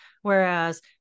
Whereas